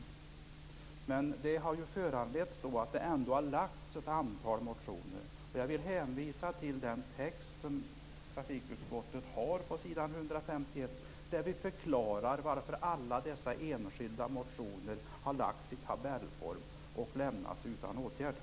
Diskussionen har föranletts av att det har väckts ett antal motioner. Jag vill hänvisa till trafikutskottets text på s. 151, där vi förklarar varför alla dessa enskilda projekt i motionerna har angetts i tabellform och varför motionerna lämnats utan åtgärder.